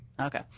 Okay